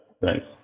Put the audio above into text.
Thanks